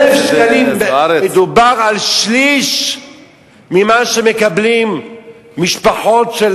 מדובר על שליש ממה שמקבלות משפחות של